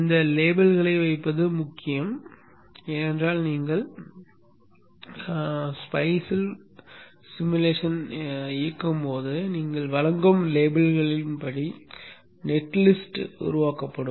இந்த லேபிள்களை வைப்பது முக்கியம் ஏனென்றால் நீங்கள் spiceவில் உருவகப்படுத்துதலை இயக்கும் போது நீங்கள் வழங்கும் லேபிள்களின்படி நெட் லிஸ்ட் உருவாக்கப்படும்